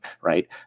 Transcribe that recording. right